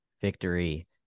victory